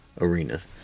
arenas